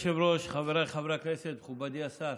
אדוני היושב-ראש, חבריי חברי הכנסת, מכובדי השר,